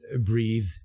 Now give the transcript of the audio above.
breathe